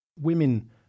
Women